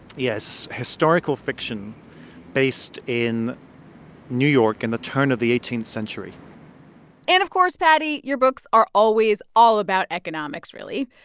yes, historical fiction based in new york in the turn of the eighteenth century and, of course, paddy, your books are always all about economics, really,